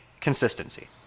Consistency